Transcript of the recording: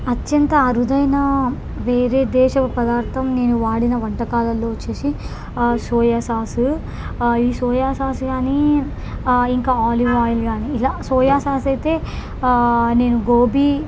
అత్యంత అరుదైన వేరే దేశపు పదార్థం నేను వాడిన వంటకాలల్లో వచ్చేసి సోయా సాస్ ఈ సోయా సాస్ కానీ ఇంకా ఆలివ్ ఆయిల్ కానీ ఇలా సోయా సాస్ అయితే నేను గోబీ